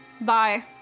Bye